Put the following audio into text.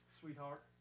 sweetheart